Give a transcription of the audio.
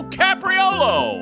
capriolo